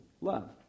love